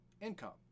income